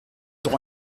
ton